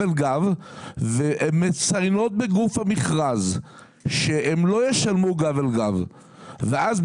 אל גב והן מציינות בגוף המכרז שהן לא ישלמו גב אל גב ואז,